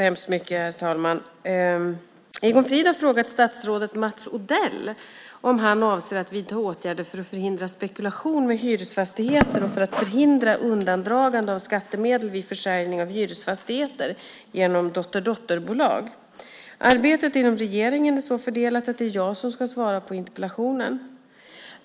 Herr talman! Egon Frid har frågat statsrådet Mats Odell om han avser att vidta åtgärder för att förhindra spekulation med hyresfastigheter och för att förhindra undandragande av skattemedel vid försäljning av hyresfastigheter genom dotterdotterbolag. Arbetet inom regeringen är så fördelat att det är jag som ska svara på interpellationen.